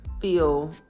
feel